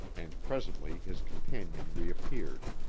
and presently his companion reappeared.